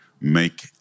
Make